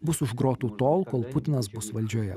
bus už grotų tol kol putinas bus valdžioje